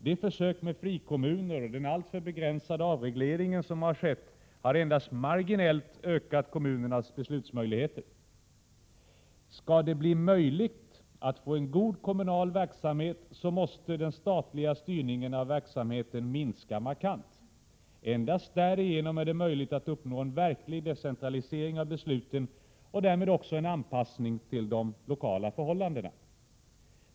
De försök med frikommuner och den alltför begränsade avreglering som har skett har endast marginellt ökat kommunernas beslutsmöjligheter. Skall det bli möjligt att få en god kommunal verksamhet, måste den statliga styrningen av verksamheten minska markant. Endast därigenom är det möjligt att uppnå en verklig decentralisering av besluten och därmed en anpassning till de lokala förhållandena.